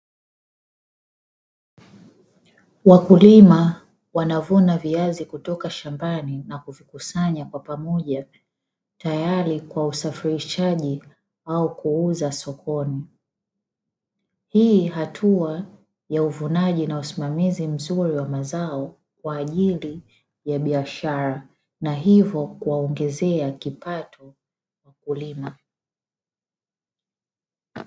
Wakulima wanavuna viazi shambani na kuvikusanya kwa pamoja tayari kwa usafirishaji wa kuuza sokoni, hii hatua ya uvunaji na usimamizi mzuri wa mazao kwa ajili ya biashara na hivyo kuwaongezea kipato wakulima.